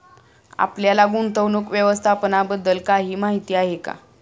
आपल्याला गुंतवणूक व्यवस्थापनाबद्दल काही माहिती आहे का?